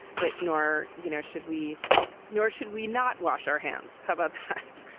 but nor you know should we nor should we not wash our hands. how about hand?